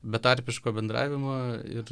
betarpiško bendravimo ir